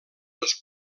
les